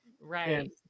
Right